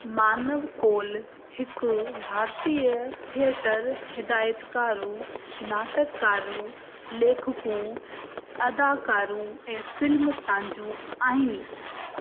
मानव कौल हिकु भारतीय थिएटर हिदायतकारु नाटककारु लेखकु अदाकारु ऐं फिल्मसाज़ आहिनि